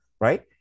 Right